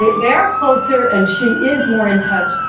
they are closer and she is more in touch.